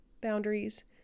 boundaries